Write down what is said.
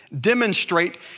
demonstrate